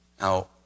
Now